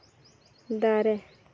ᱫᱟᱨᱮ